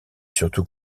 surtout